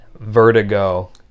vertigo